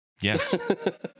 Yes